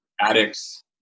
addicts